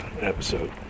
episode